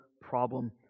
problem